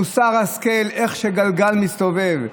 מוסר ההשכל: איך גלגל מסתובב.